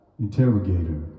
interrogator